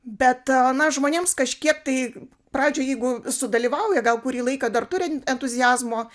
bet na žmonėms kažkiek tai pradžioj jeigu sudalyvauja gal kurį laiką dar turi entuziazmo